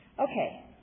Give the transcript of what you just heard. Okay